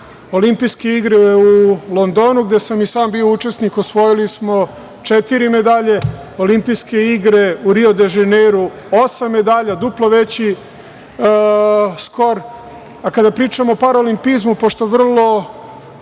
Olimpijske igre u Londonu, gde sam i sam bio učesnik, osvojili smo četiri medalje. Olimpijske igre u Rio de Ženeiru osam medalja, duplo veći skor. Kada pričamo o paraolimpizmu, pošto vrlo